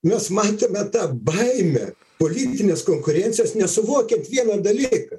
mes matėme tą baimę politinės konkurencijos nesuvokiant vieną dalyką